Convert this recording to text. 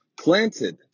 planted